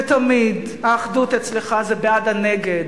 ותמיד האחדות אצלך זה בעד הנגד,